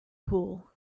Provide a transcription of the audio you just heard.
pool